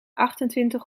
achtentwintig